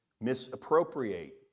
Misappropriate